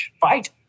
fight